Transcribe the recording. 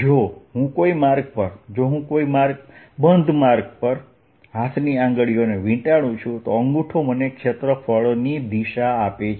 જો હું કોઈ માર્ગ પર જો હું કોઈ બંધ પાથ પર હાથની આંગળીઓ વીંટાળું છું તો અંગૂઠો મને ક્ષેત્રફળની દિશા આપે છે